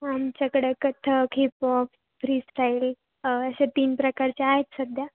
आमच्याकडं Kathak hip hop freestyle असे तीन प्रकारचे आहेत सध्या